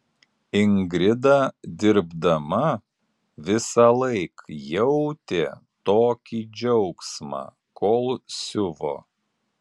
ingrida dirbdama visąlaik jautė tokį džiaugsmą kol siuvo